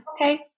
Okay